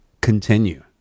continue